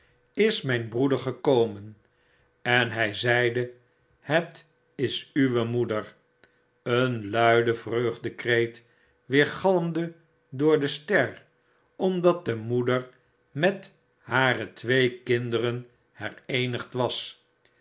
is myn broeder gekomen en hy zeide het is uwe moeder een luide vreugdekreet weergalmde door de ster omdat de moeder met hare twee kinderen hereenigd was